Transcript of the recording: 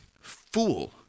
Fool